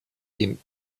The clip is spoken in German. dem